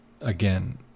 again